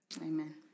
Amen